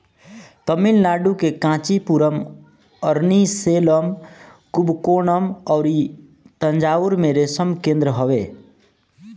तमिलनाडु के कांचीपुरम, अरनी, सेलम, कुबकोणम अउरी तंजाउर में रेशम केंद्र हवे